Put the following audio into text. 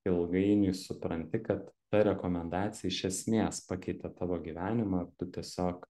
ilgainiui supranti kad ta rekomendacija iš esmės pakeitė tavo gyvenimą tu tiesiog